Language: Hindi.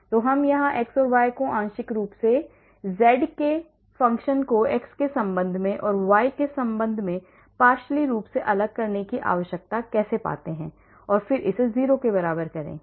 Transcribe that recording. तो यहाँ हम x और y को आंशिक रूप से z फ़ंक्शन को x के संबंध में और y के संबंध में partially रूप से अलग करने की आवश्यकता कैसे पाते हैं और फिर इसे 0 के बराबर करें